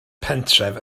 pentref